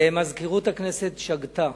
מזכירות הכנסת שגתה.